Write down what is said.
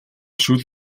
шөл